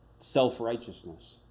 Self-righteousness